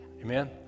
Amen